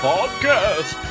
Podcast